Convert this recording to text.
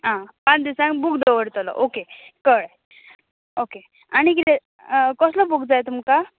आं पांच दिसांक बूक दवरतलो ओके कळ्ळें ओके आनी कितें कसलो बूक जाय तुमका